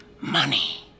money